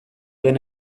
den